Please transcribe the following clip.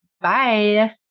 bye